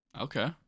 Okay